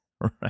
right